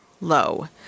low